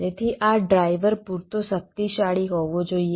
તેથી આ ડ્રાઈવર પૂરતો શક્તિશાળી હોવો જોઈએ